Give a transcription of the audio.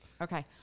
Okay